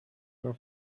her